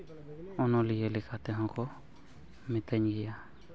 ᱚᱱᱚᱞᱤᱭᱟᱹ ᱞᱮᱠᱟᱛᱮ ᱦᱚᱸᱠᱚ ᱢᱤᱛᱟᱹᱧ ᱜᱮᱭᱟ